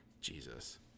Jesus